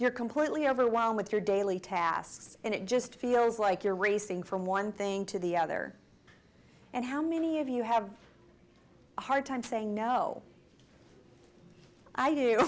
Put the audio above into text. you're completely overwhelmed with your daily tasks and it just feels like you're racing from one thing to the other and how many of you have a hard time saying no i do